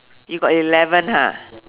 you got eleven